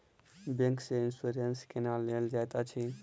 bank सँ insurance केना लेल जाइत अछि